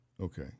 Okay